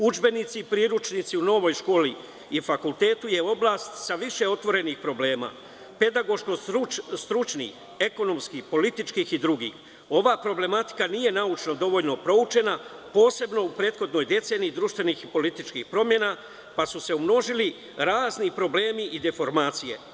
Udžbenici, priručnici u novoj školi i fakultetu je oblast sa više otvorenih problema pedagoško stručnih, ekonomskih, političkih i dr. Ova problematika nije naučno dovoljno proučena, posebno u prethodnoj deceniji društvenih i političkih promena, pa su se umnožili razni problemi i deformacije.